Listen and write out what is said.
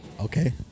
okay